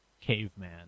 Caveman